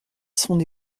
son